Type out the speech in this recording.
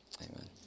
Amen